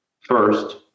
First